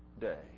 day